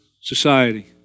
society